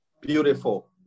Beautiful